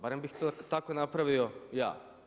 Barem bih to tako napravio ja.